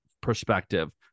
perspective